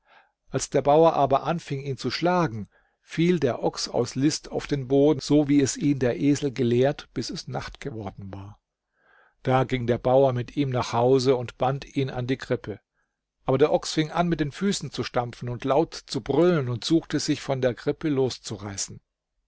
als der bauer aber anfing ihn zu schlagen fiel der ochs aus list auf den boden so wie es ihn der esel gelehrt bis es nacht geworden war da ging der bauer mit ihm nach hause und band ihn an die krippe aber der ochs fing an mit den füßen zu stampfen und laut zu brüllen und suchte sich von der krippe loszureißen